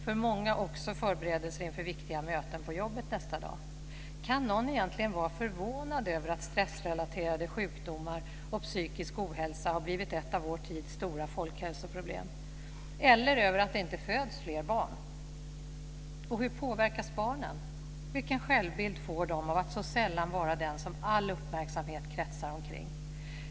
För många också förberedelser inför viktiga möten på jobbet nästa dag. Kan någon egentligen vara förvånad över att stressrelaterade sjukdomar och psykisk ohälsa har blivit ett av vår tids stora folkhälsoproblem, eller över att det inte föds fler barn? Och hur påverkas barnen? Vilken självbild får de av att så sällan vara den som all uppmärksamhet kretsar omkring?